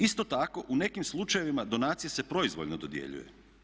Isto tako, u nekim slučajevima donacije se proizvoljno dodjeljuje.